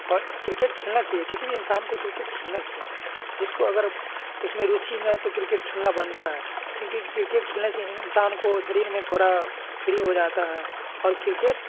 और क्रिकेट खेलना चाहिए किसी भी इंसान को क्रिकेट खेलना चाहिए जिसको अगर उसमें रुचि है तो क्रिकेट खेलने बनता है क्योंकि क्रिकेट खेलने से इंसान को शरीर में थोड़ा फ्री हो जाता है और क्रिकेट